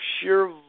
sheer